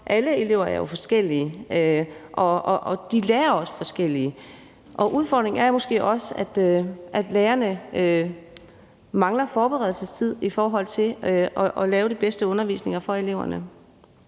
alle elever jo er forskellige, og de lærer også forskelligt. Udfordringen er måske også, at lærerne mangler forberedelsestid til at lave den bedste undervisning for eleverne.